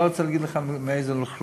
אני לא רוצה להגיד לך מאיזה אוכלוסיות.